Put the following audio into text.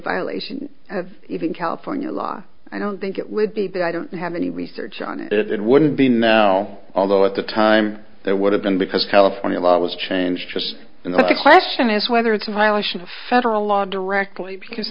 violation of even california law i don't think it would be but i don't have any research on it it wouldn't be now although at the time there would have been because california law was changed just in that the question is whether it's a violation of federal law directly because